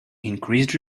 increased